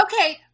Okay